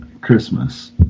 Christmas